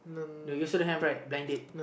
no you also don't have right blind date